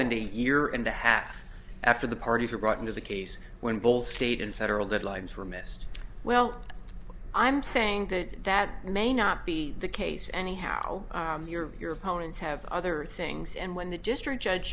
than a year and a half after the parties are brought into the case when both state and federal guidelines were missed well i'm saying that that may not be the case anyhow your opponents have other things and when the district judge